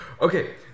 Okay